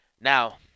Now